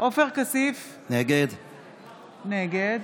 עופר כסיף, נגד